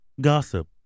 gossip